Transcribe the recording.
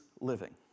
living